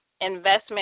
investment